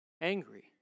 angry